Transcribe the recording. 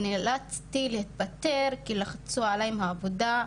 ונאלצתי להתפטר כי לחצו עליי בעבודה.